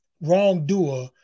wrongdoer